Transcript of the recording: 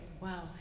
Wow